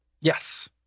Yes